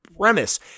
premise